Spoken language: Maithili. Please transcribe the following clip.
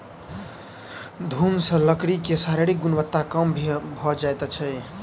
घुन सॅ लकड़ी के शारीरिक गुणवत्ता कम भ जाइत अछि